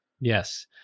Yes